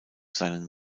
seinen